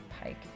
Pike